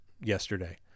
yesterday